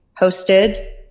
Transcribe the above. hosted